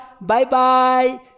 Bye-bye